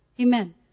Amen